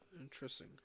Interesting